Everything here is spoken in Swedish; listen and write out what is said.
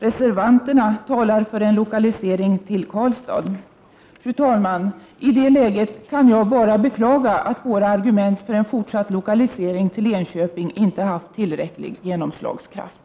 Reservanterna talar för en lokalisering till Karlstad. Fru talman! I det läget kan jag bara beklaga att våra argument för en fortsatt lokalisering till Enköping inte haft tillräcklig genomslagskraft.